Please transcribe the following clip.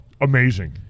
amazing